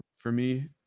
for me,